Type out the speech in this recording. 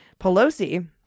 Pelosi